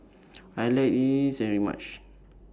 I like very much